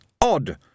odd